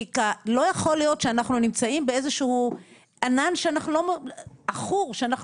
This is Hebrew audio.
כי לא יכול להיות שאנחנו נמצאים באיזשהו ענן עכור כשאנחנו